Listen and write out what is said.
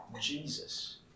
Jesus